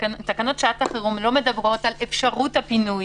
תקנות שעת החירום לא מדברות על אפשרות הפינוי